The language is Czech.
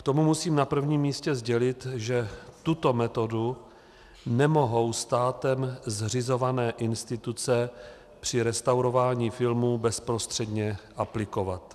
K tomu musím na prvním místě sdělit, že tuto metodu nemohou státem zřizované instituce při restaurování filmů bezprostředně aplikovat.